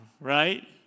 Right